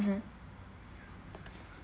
mmhmm